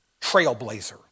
trailblazer